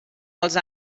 els